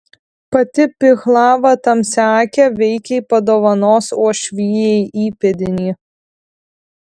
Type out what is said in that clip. pati pihlava tamsiaakė veikiai padovanos uošvijai įpėdinį